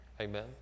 Amen